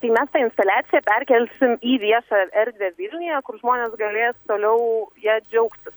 tai mes tą instaliaciją perkelsim į viešą erdvę vilniuje kur žmonės galės toliau ja džiaugtis